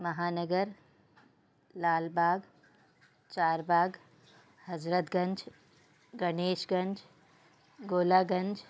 Mahanagar Lalbagh Charbagh Hazratganj Ganeshganj Golaganj